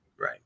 Right